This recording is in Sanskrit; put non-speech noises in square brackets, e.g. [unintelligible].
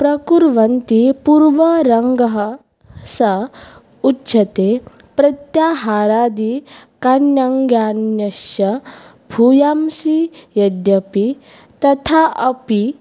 प्रकवन्ति पूर्वरङ्गः स उच्यते प्रत्याहारादि [unintelligible] ज्ञानस्य भूयांसि यद्यपि तथा अपि